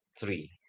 three